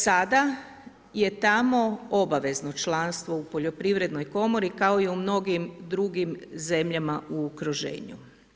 Sada je tamo obavezno članstvo u poljoprivrednoj komori, kao i u mnogim drugim zemljama u okruženju.